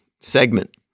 segment